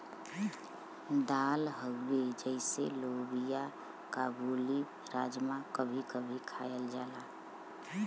दाल हउवे जइसे लोबिआ काबुली, राजमा कभी कभी खायल जाला